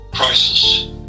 crisis